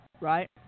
right